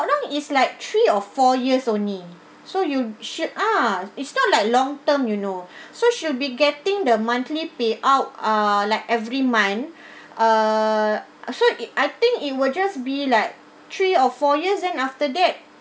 wrong is like three or four years only so you should ah it's not like long term you know so she'll be getting the monthly payout uh like every month uh uh so it I think it will just be like three or four years then after that